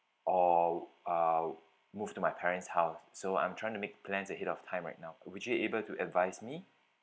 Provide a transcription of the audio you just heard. or uh move to my parents house so I'm trying to make plans ahead of time right now would you able to advise me